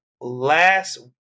last